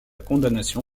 condamnation